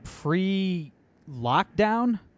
pre-lockdown